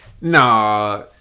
nah